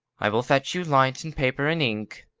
i will fetch you light and paper and ink.